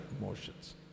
emotions